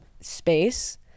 space